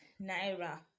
naira